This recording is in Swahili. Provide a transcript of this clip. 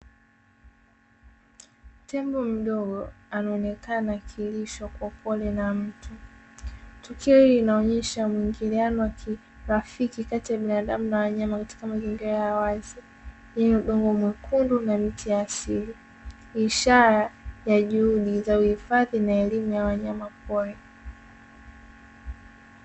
Tembo mdogo ameonekana akilishwa kwa upole na mtu. Tukio hili linaonesha muingiliano wa kirafiki kati binadamu na wanyama katika mazingira ya wazi yenye udongo mwekundu na miti ya asili, ishara ya juhudi uhifadhi na elimu ya wanyama pori.